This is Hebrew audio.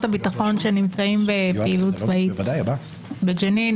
הביטחון שנמצאים בפעילות צבאית בג'נין.